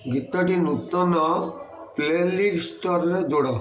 ଗୀତଟି ନୂତନ ପ୍ଲେଲିଷ୍ଟ୍ରେ ଯୋଡ଼